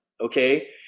Okay